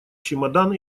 чемодан